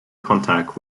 contact